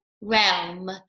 realm